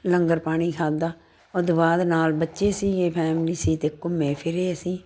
ਲੰਗਰ ਪਾਣੀ ਖਾਧਾ ਉਹ ਤੋਂ ਬਾਅਦ ਦੇ ਨਾਲ ਬੱਚੇ ਸੀਗੇ ਫੈਮਲੀ ਸੀ ਅਤੇ ਘੁੰਮੇ ਫਿਰੇ ਅਸੀਂ